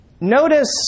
Notice